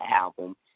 album